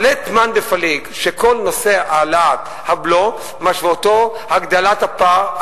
אז לית מאן דפליג שכל נושא העלאת הבלו משמעותו הגדלת הפער,